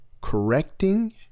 correcting